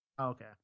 Okay